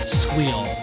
squeal